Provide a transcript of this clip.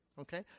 okay